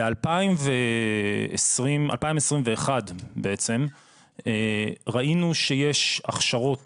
ב-2021 ראינו שיש הכשרות